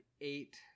eight